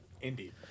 Indeed